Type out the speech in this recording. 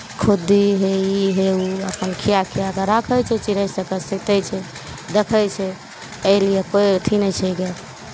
खुद्दी हे ई हे ओ अपन खिया खिया कऽ राखै छै चिड़ै सभके सैँतै छै देखै छै एहि लिए कोइ अथी नहि छै जे